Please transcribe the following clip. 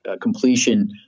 completion